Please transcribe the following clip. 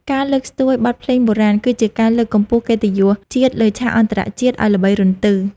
ការលើកស្ទួយបទភ្លេងបុរាណ គឺជាការលើកកម្ពស់កិត្តិយសជាតិលើឆាកអន្តរជាតិឱ្យល្បីរន្ធឺ។